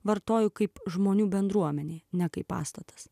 vartoju kaip žmonių bendruomenė ne kaip pastatas